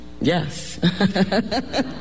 Yes